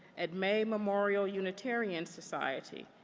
at may memorial unitarian society,